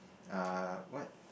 uh what